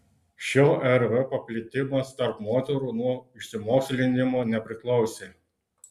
šio rv paplitimas tarp moterų nuo išsimokslinimo nepriklausė